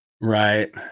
right